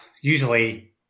usually